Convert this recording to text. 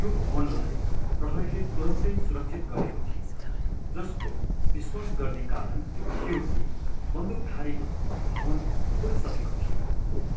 त्यो भवनलाई प्रहरीले तुरुन्तै सुरक्षित गरेको थियो जसको विश्वास गर्ने कारण थियो कि बन्दुकधारीले भवन छोडिसकेको थियो